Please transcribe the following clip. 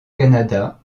canada